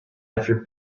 after